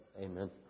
Amen